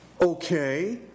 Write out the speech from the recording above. Okay